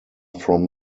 from